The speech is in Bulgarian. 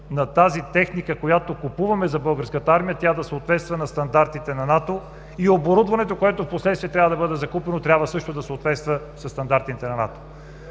на тази техника, която купуваме за българската армия, да съответства на стандартите на НАТО и оборудването, което впоследствие трябва да бъде закупено, трябва също да съответства със стандартите на НАТО.